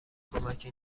کمکی